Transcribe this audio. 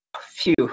Phew